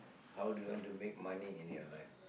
how do you want to make money in your life